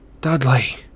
Dudley